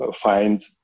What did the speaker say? find